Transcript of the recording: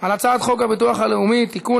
על הצעת חוק הביטוח הלאומי (תיקון,